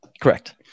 Correct